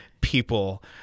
people